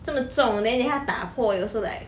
这么重 then 等一下打破 you also like